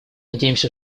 надеемся